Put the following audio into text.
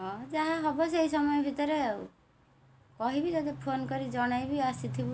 ହଁ ଯାହା ହେବ ସେଇ ସମୟ ଭିତରେ ଆଉ କହିବି ଯଦି ଫୋନ୍ କରି ଜଣାଇବି ଆସିଥିବୁ